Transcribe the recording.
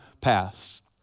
past